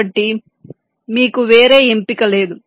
కాబట్టి మీకు వేరే ఎంపిక లేదు